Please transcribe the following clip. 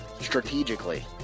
strategically